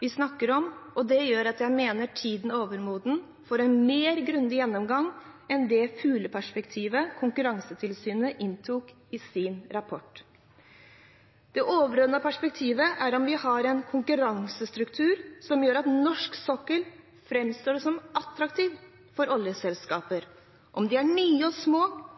vi snakker om, og det gjør at jeg mener tiden er overmoden for en mer grundig gjennomgang enn det fugleperspektivet Konkurransetilsynet inntok i sin rapport. Det overordnede perspektivet er om vi har en konkurransestruktur som gjør at norsk sokkel fremstår som attraktiv for oljeselskaper, om det er nye små